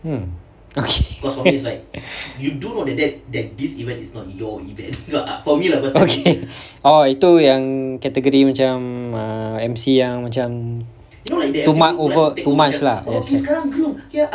hmm okay okay oh I itu yang category macam err emcee ah yang macam too much lah that's why